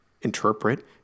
interpret